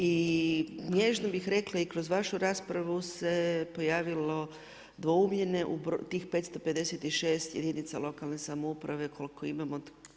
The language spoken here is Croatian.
I nježno bih rekla i kroz vašu raspravu se pojavilo dvoumljenje u tih 556 jedinica lokalne samouprave koliko imamo.